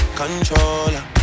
controller